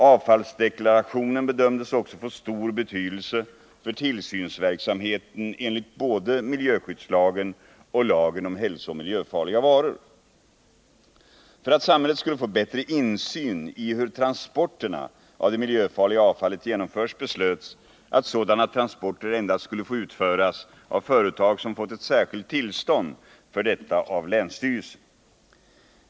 Avfallsdeklarationen bedömdes också få stor betydelse för tillsynsverksamheten 'enligt både miljöskyddslagen och lagen om hälsooch miljöfarliga varor. För att samhället skulle få bättre insyn i hur transporterna av det miljöfarliga avfallet genomförs beslöts att sådana transporter endast skulle få utföras av företag som fått ett särskilt tillstånd för detta av länsstyrelsen.